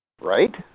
Right